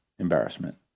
embarrassment